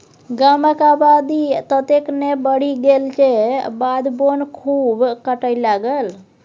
गामक आबादी ततेक ने बढ़ि गेल जे बाध बोन खूब कटय लागल